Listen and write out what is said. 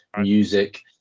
music